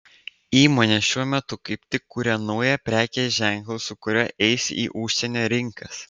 įmonė šiuo metu kaip tik kuria naują prekės ženklą su kuriuo eis į užsienio rinkas